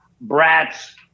brats